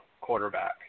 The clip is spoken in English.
quarterback